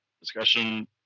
discussion